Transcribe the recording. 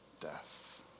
death